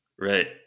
Right